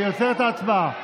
אני עוצר את ההצבעה.